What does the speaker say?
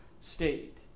state